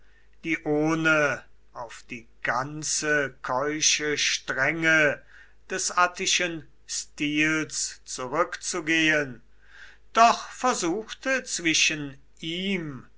die ohne auf die ganze keusche strenge des attischen stils zurückzugehen doch versuchte zwischen ihm